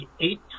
eight